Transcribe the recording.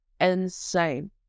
insane